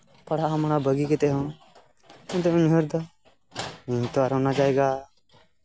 ᱯᱟᱲᱦᱟᱜ ᱢᱟᱲᱦᱟᱜ ᱵᱟᱹᱜᱤ ᱠᱟᱛᱮᱫ ᱦᱚᱸ ᱤᱧ ᱫᱩᱧ ᱩᱭᱦᱟᱹᱨ ᱮᱫᱟ ᱤᱧ ᱛᱚ ᱟᱨ ᱚᱱᱟ ᱡᱟᱭᱜᱟ